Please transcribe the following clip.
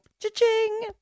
cha-ching